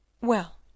Well